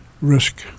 risk